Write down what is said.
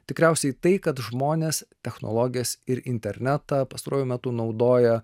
tikriausiai tai kad žmonės technologijas ir internetą pastaruoju metu naudoja